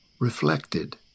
reflected